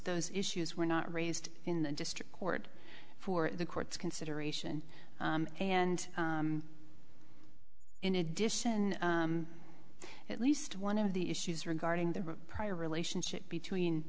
those issues were not raised in the district court for the court's consideration and in addition at least one of the issues regarding the prior relationship between